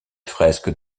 fresques